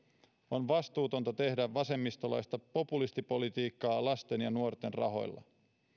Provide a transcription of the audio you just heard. on vastuutonta tehdä vasemmistolaista populistipolitiikkaa lasten ja nuorten rahoilla